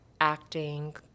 acting